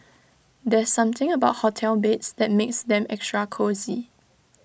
there's something about hotel beds that makes them extra cosy